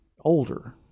older